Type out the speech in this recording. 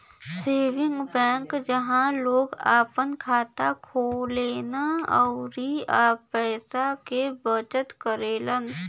saving bank जहां लोग आपन खाता खोलन आउर पैसा क बचत करलन